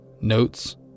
notes